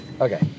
Okay